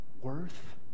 worth